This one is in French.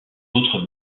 autres